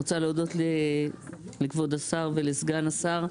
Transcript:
אני רוצה להודות לכבוד השר ולסגן השר.